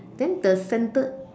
then the centered